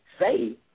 say